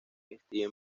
steve